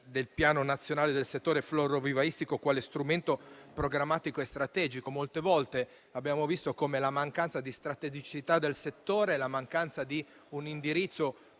del Piano nazionale del settore florovivaistico quale strumento programmatico e strategico. Molte volte abbiamo visto come la mancanza di strategicità del settore e di un indirizzo